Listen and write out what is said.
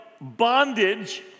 bondage